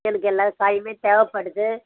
எனக்கு எல்லா காயுமே தேவைப்படுது